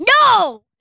No